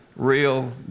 real